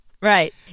Right